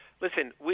Listen